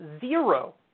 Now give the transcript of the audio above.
zero